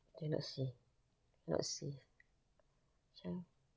cannot see cannot see ya